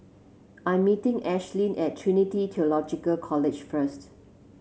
I'm meeting Ashlynn at Trinity Theological College first